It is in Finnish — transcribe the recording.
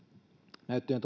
näyttöjen